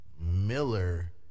Miller